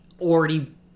already